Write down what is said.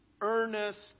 earnest